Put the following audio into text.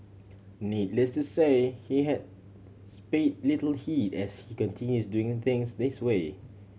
needless to say he has spay little heed as he continues doing things this way